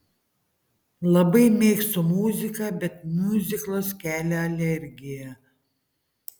labai mėgstu muziką bet miuziklas kelia alergiją